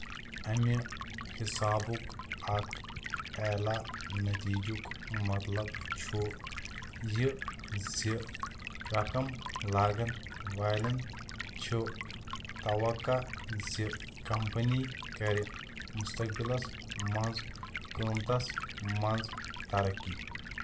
امہِ حِسابُک اکھ اعلی نتیجُک مطلب چھُ یہِ زِ رَقَم لاگَن والٮ۪ن چھُ تَوقَع زِ کمپنی کرِ مُستَقبَلَس منٛز قۭمتس منٛز ترقی